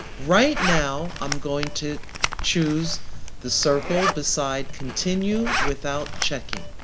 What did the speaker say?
right now i'm going to choose the circle beside continue without checking.